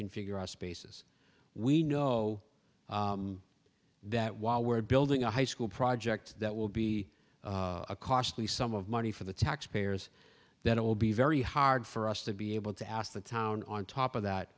reconfigure our spaces we know that while we're building a high school project that will be a costly sum of money for the taxpayers then it will be very hard for us to be able to ask the town on top of that